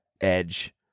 edge